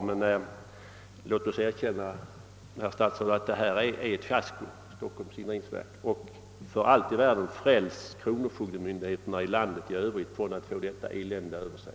Men vi kan väl erkänna, herr statsråd, att arbetet i Stockholms indrivningsverk har blivit ett fiasko — och fräls för allt i världen övriga kronofogdemyndigheter i landet från att få samma elände över sig!